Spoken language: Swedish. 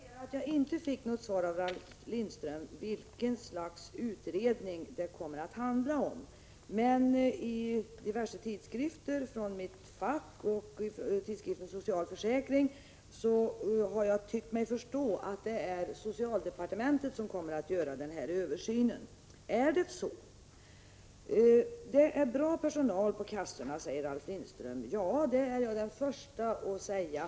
Herr talman! Jag konstaterar att jag inte fick något svar av Ralf Lindström, vilket slags utredning det kommer att handla om. Av diverse tidskrifter från mitt fack och tidskriften Social försäkring har jag tyckt mig förstå att det är socialdepartementet som kommer att göra denna översyn. Är det så? Det är bra personal på kassorna, säger Ralf Lindström. Ja, det är jag den första att framhålla.